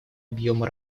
объема